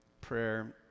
prayer